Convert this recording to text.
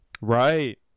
Right